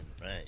right